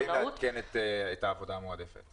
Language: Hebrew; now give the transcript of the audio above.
חייבים מעדכן את העבודה המועדפת.